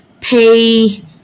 pay